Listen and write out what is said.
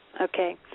Okay